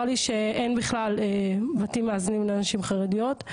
לי שאין בכלל בתים מאזנים לנשים חרדיות,